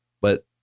But-